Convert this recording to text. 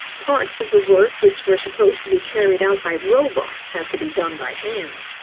parts of the work which were supposed to be carried out by robots had to be done by hand.